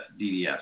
DDS